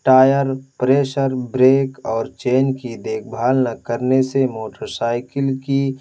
tyre pressure brake اور chain کی دیکھ بھال نہ کرنے سے موٹرسائیکل کی